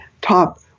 top